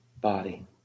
body